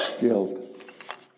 Guilt